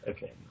Okay